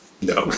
No